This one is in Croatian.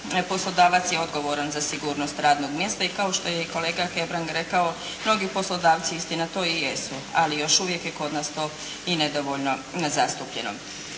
poslodavac je odgovoran za sigurnost radnog mjesta i kao što je i kolega Hebrang rekao mnogi poslodavci istina to i jesu, ali još uvijek je kod nas to i nedovoljno zastupljeno.